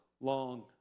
long